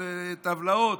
טבלאות.